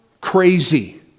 crazy